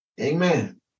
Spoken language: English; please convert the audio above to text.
Amen